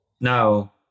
Now